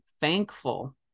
thankful